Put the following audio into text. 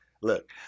Look